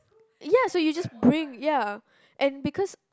ya so you just bring ya and because